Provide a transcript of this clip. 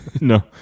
No